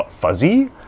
fuzzy